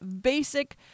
basic